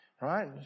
right